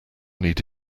need